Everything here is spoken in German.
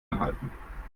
anhalten